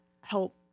help